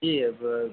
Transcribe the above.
जी अब